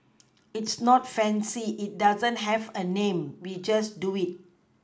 it's not fancy it doesn't have a name we just do it